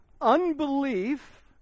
unbelief